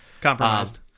Compromised